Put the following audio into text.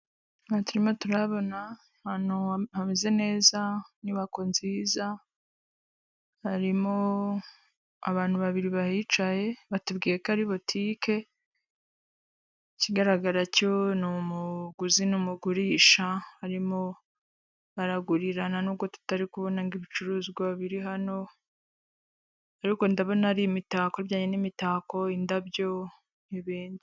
Hano turimo turabona ameze neza inyubako nziza, harimo abantu babiri bahicaye, batubwiye ko ari botike ikigaragara ni umuguzi n'umugurisha, harimo baragurirana nubwo tutari kubona ngo ibicuruzwa biri hano, ariko ndabona ari imitako ijyanye n'imitako indabyo n'ibindi.